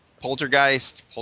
Poltergeist